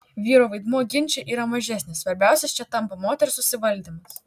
vyro vaidmuo ginče yra mažesnis svarbiausias čia tampa moters susivaldymas